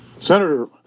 Senator